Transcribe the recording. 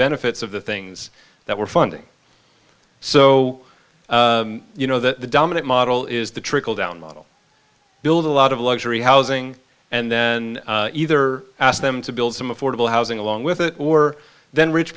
benefits of the things that we're funding so you know the dominant model is the trickle down model build a lot of luxury housing and then either ask them to build some affordable housing along with it or then rich